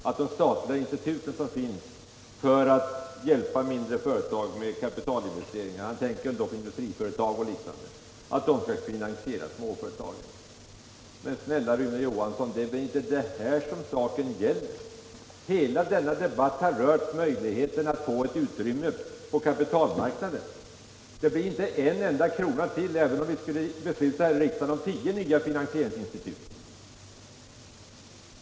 — att de statliga institut som finns för att hjälpa mindre företag med kapitalinvesteringar, han tänker väl då på Industrikredit och liknande, skall finansiera småföretagen. Men snälla Rune Johansson, det är ju inte det som saken gäller! Hela denna debatt har rört möjligheten att få ett utrymme på kapitalmarknaden, och det blir inte en enda krona mera till det, även om vi här i riksdagen skulle besluta om tio nya finansieringsinstitut.